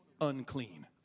unclean